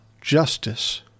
justice